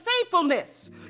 faithfulness